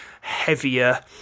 heavier